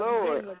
Lord